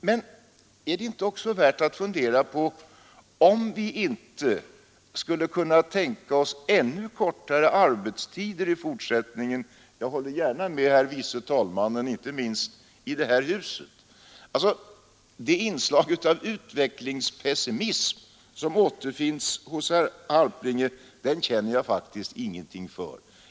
Men är det inte också värt att fundera på om vi inte skulle kunna tänka oss ännu kortare arbetstider i fortsättningen? Jag håller gärna med herr vice talmannen om att vi bör göra det, inte minst i det här huset. Det inslag av utvecklingspessimism som återfinns hos herr Kristiansson i Harplinge känner jag faktiskt ingenting för.